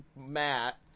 Matt